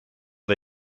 wir